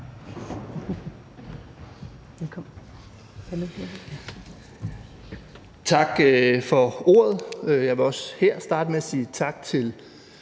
Tak for ordet, og jeg vil også starte med at sige tak til